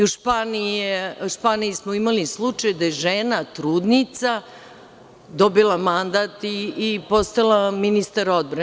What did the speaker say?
U Španiji smo imali slučaj da je žena trudnica dobila mandat i postala ministar odbrane.